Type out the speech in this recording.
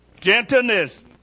gentleness